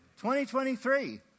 2023